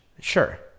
Sure